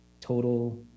total